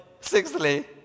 Sixthly